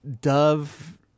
Dove